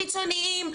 חיצוניים,